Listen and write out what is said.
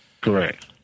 Correct